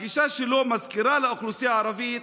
הגישה שלו מזכירה לאוכלוסייה הערבית